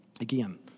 again